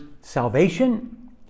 salvation